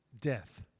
death